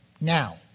now